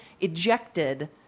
ejected